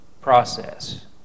process